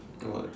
no what